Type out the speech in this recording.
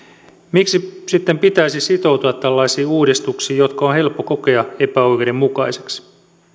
miksi sitten pitäisi sitoutua tällaisiin uudistuksiin jotka on helppo kokea epäoikeudenmukaisiksi